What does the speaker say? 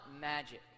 magic